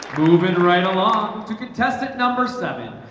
moving right along to contestant number seven.